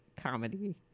comedy